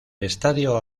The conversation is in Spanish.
estadio